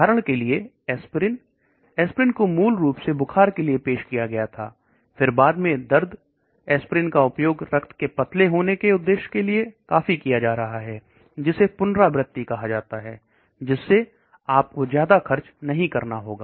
उदाहरण के लिए एस्प्रिन एस्प्रिन को मूल रूप से बुखार के लिए पेश किया गया था फिर बाद में दर्द एस्प्रिन का प्रयोग एस्प्रिन का उपयोग रक्त के पतले होने के उद्देश के लिए काफी किया जा रहा है जिस पुनरावृति कहा जाता है जिससे आपको ज्यादा खर्च नहीं करना होगा